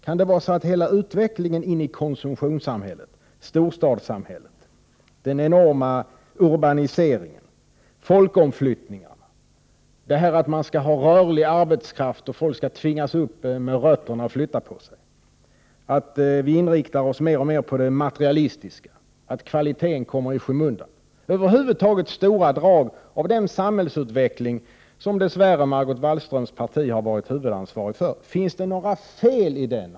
Kan det vara så att hela utvecklingen in i konsumtionssamhället, storstadssamhället, den enorma urbaniseringen, folkomflyttningen, det här att man skall ha rörlig arbetskraft och folk skall tvingas upp med rötterna och flytta på sig, att vi inriktar oss mer och mer på det materiella, att kvaliteten kommer i skymundan, över huvud taget stora drag av den samhällsutveckling som dess värre Margot Wallströms parti har varit huvudansvarigt för, finns det några fel i den?